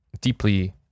deeply